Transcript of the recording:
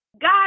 God